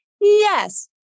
Yes